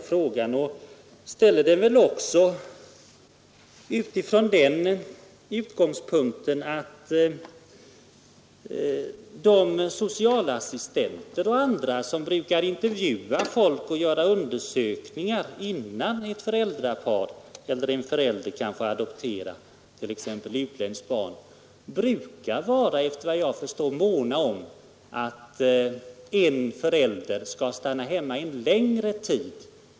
Jag ställer den frågan också med utgångspunkt i det faktum att socialassistenter och andra som brukar göra intervjuer och undersökningar av blivande föräldrar, innan dessa kan få adopterat.ex. ett utländskt barn, brukar vara måna om att en av föräldrarna skall stanna hemma en längre tid.